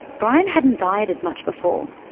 brian hadn't dieted much before.